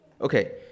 Okay